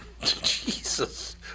Jesus